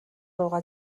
руугаа